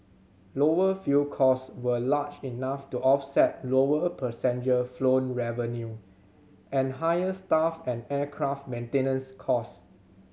lower fuel cost were large enough to offset lower passenger flown revenue and higher staff and aircraft maintenance cost